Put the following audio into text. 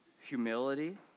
Humility